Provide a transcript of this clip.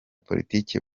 politiki